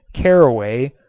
caraway,